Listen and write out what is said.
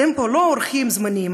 אתם פה לא אורחים זמניים,